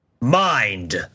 Mind